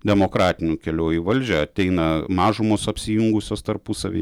demokratiniu keliu į valdžią ateina mažumos apsijungusios tarpusavy